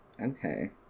okay